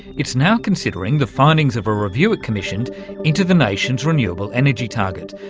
it's now considering the findings of a review it commissioned into the nation's renewable energy target,